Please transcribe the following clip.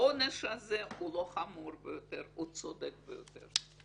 העונש הזה הוא לא חמור ביותר, הוא צודק ביותר.